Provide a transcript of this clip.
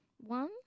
one